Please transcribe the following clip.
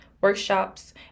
workshops